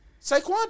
Saquon